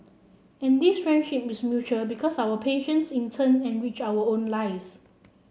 and this friendship is mutual because our patients in turn enrich our own lives